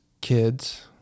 kids